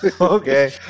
Okay